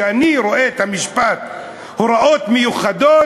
כשאני רואה את המשפט "הוראות מיוחדות"